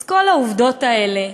אז כל העובדות האלה,